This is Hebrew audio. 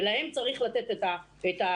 ולהם צריך לתת את הסמכויות,